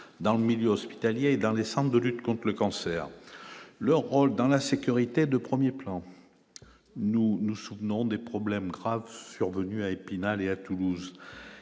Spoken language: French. dans le milieu hospitalier dans les centres de lutte contre le cancer, leur rôle dans la sécurité de 1er plan, nous nous souvenons des problèmes graves survenus à Epinal et à Toulouse,